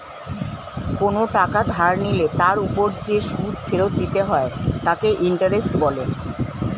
কোনো টাকা ধার নিলে তার উপর যে সুদ ফেরত দিতে হয় তাকে ইন্টারেস্ট বলে